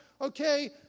okay